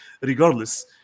regardless